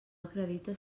acredita